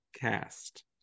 Cast